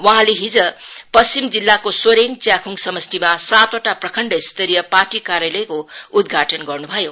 वहाँले हिज पश्चिम जिल्लाको सोरेङ च्याखुङ समाष्टिमा सातवटा प्रखण्ड स्तरीय पार्टी कार्यलयको उद्घाटन गर्नु भयो